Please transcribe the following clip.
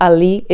Ali